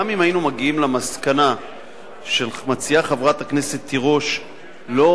גם אם היינו מגיעים למסקנה שחברת הכנסת תירוש מציעה,